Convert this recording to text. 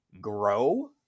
grow